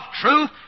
truth